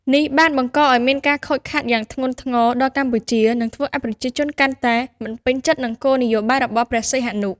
នេះបានបង្កឱ្យមានការខូចខាតយ៉ាងធ្ងន់ធ្ងរដល់កម្ពុជា និងធ្វើឱ្យប្រជាជនកាន់តែមិនពេញចិត្តនឹងគោលនយោបាយរបស់ព្រះសីហនុ។